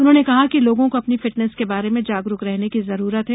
उन्होंने कहा कि लोगों को अपनी फिटनेस के बारे में जागरूक रहने की जरूरत है